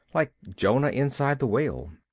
like jonah inside the whale.